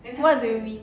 what do you mean